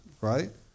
right